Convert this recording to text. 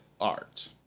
art